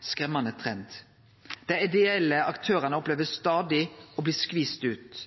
skremmande trend: Dei ideelle aktørane opplever stadig å bli skvisa ut,